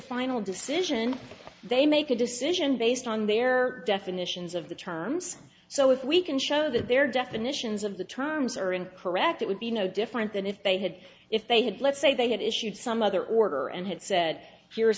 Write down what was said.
final decision they make a decision based on their definitions of the terms so if we can show that their definitions of the terms are incorrect it would be no different than if they had if they had let's say they had issued some other order and had said here's